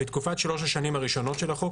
בתקופת שלושת השנים הראשונות של החוק